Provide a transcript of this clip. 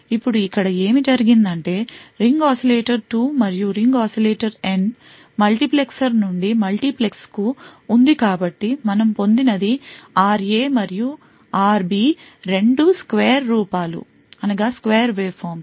ఇప్పుడు ఇక్కడ ఏమి జరిగిందంటే రింగ్ oscillator 2 మరియు రింగ్ oscillator N మల్టీప్లెక్సర్ నుండి మల్టీప్లెక్స్కు ఉంది కాబట్టి మనం పొందినది RA మరియు RB రెండూ స్క్వేర్ వేవ్ రూపాలు